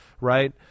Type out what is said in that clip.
right